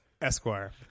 Esquire